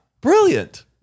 Brilliant